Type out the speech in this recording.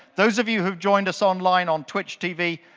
those of you who've joined us online on twitch tv,